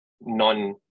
non